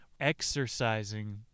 exercising